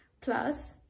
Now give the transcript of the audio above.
plus